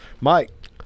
mike